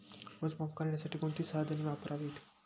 मोजमाप करण्यासाठी कोणती साधने वापरावीत?